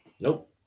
nope